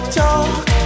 talk